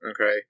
Okay